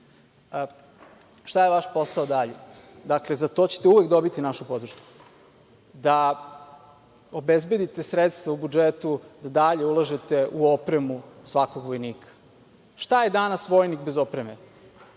je vaš posao dalje? Dakle, za to ćete uvek dobiti našu podršku, da obezbedite sredstva u budžetu, da dalje ulažete u opremu svakog vojnika. Šta je danas vojnik bez opreme?